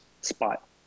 spot